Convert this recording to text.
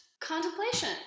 contemplation